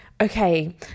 Okay